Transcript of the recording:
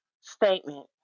statement